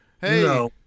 hey